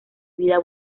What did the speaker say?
vida